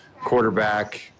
quarterback